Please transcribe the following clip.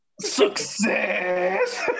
Success